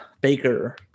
Baker